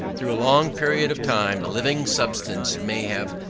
through a long period of time the living substance may have.